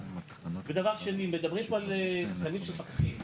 דבר שני, מדברים פה על תקנים של פקחים.